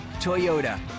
Toyota